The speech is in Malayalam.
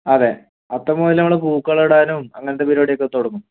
അതെ അത്തം മുതൽ നമ്മൾ പൂക്കളം ഇടാനും അങ്ങനത്തെ പരിപാടിയൊക്കെ തുടങ്ങും